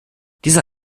dieser